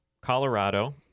Colorado